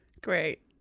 Great